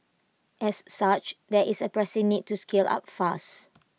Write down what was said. as such there is A pressing need to scale up fast